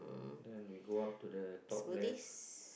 then we go up to the top left